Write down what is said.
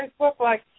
Facebook